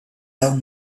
have